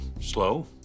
slow